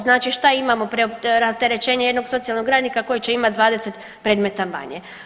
Znači šta imamo rasterećenje jednog socijalnog radnika koji će imati 20 predmeta manje.